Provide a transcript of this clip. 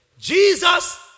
Jesus